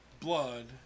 blood